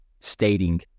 stating